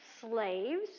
slaves